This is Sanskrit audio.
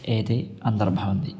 एते अन्तर्भवन्ति